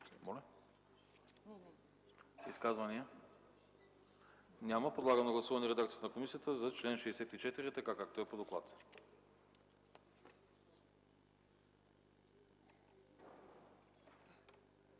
Изказвания? Няма. Подлагам на гласуване редакцията на комисията за чл. 66, така както е по доклада.